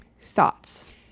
thoughts